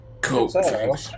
Cool